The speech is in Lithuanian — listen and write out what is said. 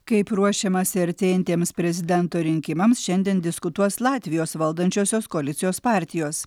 kaip ruošiamasi artėjantiems prezidento rinkimams šiandien diskutuos latvijos valdančiosios koalicijos partijos